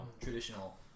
traditional